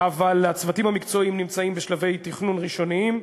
אבל הצוותים המקצועיים נמצאים בשלבי תכנון ראשוניים.